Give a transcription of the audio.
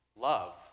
love